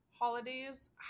holidays